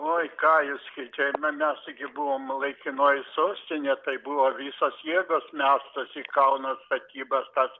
oi ką jūs gi čia na mes taigi buvom laikinoji sostinė tai buvo visos jėgos mestos į kauno statybas tad